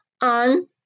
on